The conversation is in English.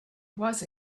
was